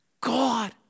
God